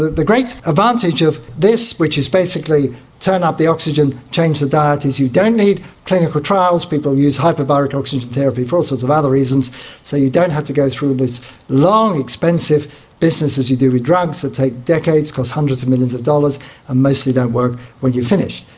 the the great advantage of this, which is basically turn up the oxygen, change the diet' is you don't need clinical trials, people use hyperbaric oxygen therapy for all sorts of other reasons so you don't have to go through this long expensive business as you do with drugs that take decades, cost hundreds of millions of dollars and mostly don't work when you've finished.